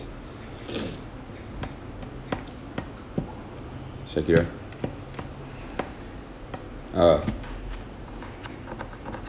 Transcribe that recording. ah